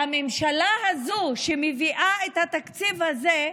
הממשלה הזו, שמביאה את התקציב הזה,